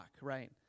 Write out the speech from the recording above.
right